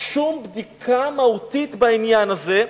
שום בדיקה מהותית בעניין הזה.